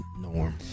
norm